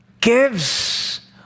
gives